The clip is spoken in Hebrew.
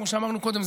כמו שאמרנו קודם,